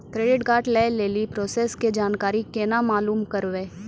Credit card लय लेली process के जानकारी केना मालूम करबै?